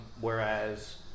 whereas